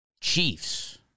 Chiefs